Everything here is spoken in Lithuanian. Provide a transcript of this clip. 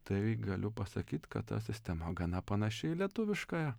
tai galiu pasakyt kad ta sistema gana panaši į lietuviškąją